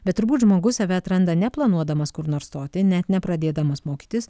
bet turbūt žmogus save atranda neplanuodamas kur nors stoti net nepradėdamas mokytis